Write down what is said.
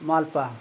ᱢᱟᱞᱯᱩᱣᱟ